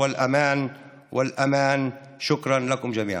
תודה לכולכם.)